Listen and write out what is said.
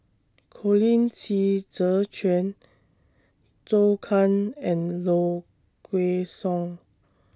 Colin Qi Zhe Quan Zhou Can and Low Kway Song